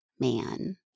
man